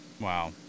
Wow